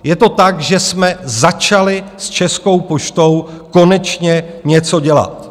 Je to tak, že jsme začali s Českou poštou konečně něco dělat.